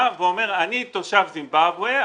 ואומר: אני תושב זימבבוואי,